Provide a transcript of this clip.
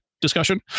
discussion